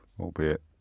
albeit